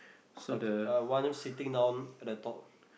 okay uh one sitting down at the top